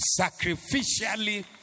sacrificially